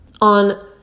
on